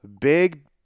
big